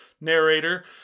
narrator